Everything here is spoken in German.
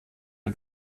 dem